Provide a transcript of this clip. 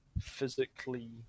physically